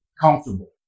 Comfortable